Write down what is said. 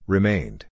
Remained